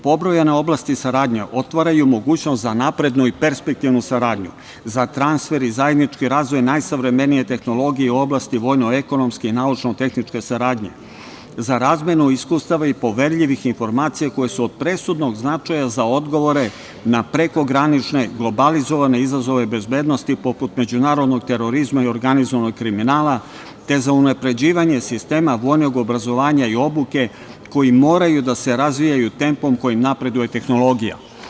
Pobrojane u oblasti saradnje otvaraju mogućnost za naprednu i perspektivnu saradnju, za transfer i zajednički razvoj najsavremenije tehnologije u oblasti vojno-ekonomske i naučno-tehničke saradnje, za razmenu iskustava i poverljivih informacija koje su od presudnog značaja za odgovore na prekogranične globalizovane izazove bezbednosti, poput međunarodnog terorizma i organizovanog kriminala, te za unapređivanje sistema vojnog obrazovanje i obuke, koji moraju da se razvijaju tempom kojim napreduje tehnologija.